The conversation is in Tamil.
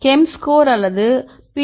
கெம்ஸ்கோர் அல்லது பி